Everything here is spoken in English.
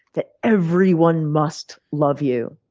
that everyone must love you,